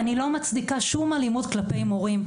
אני לא מצדיקה שום אלימות כלפי מורים.